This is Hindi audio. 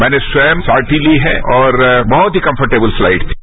मैंने स्वयं शोर्टी ली है और बहुत ही कम्फरटेबल फ्लाइट थी